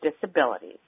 disabilities